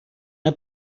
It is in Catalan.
per